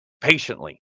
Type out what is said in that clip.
patiently